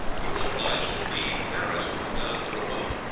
he was obliged to leave paris to put down the revolt.